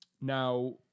now